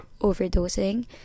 overdosing